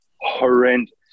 horrendous